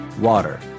Water